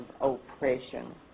oppression